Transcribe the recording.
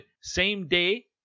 same-day